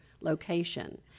location